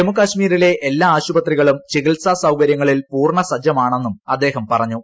ജമ്മു കശ്മീരിലെ എല്ലാ ആശുപത്രികളും ചികിത്സാസൌകര്യങ്ങളിൽ പൂർണ സജ്ജമാണ്ണും അദ്ദേഹം പറഞ്ഞു